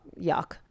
yuck